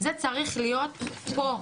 זה צריך להיות פה,